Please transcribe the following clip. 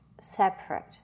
separate